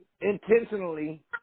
intentionally